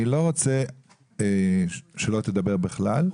אני לא רוצה שלא תדבר בכלל.